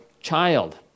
child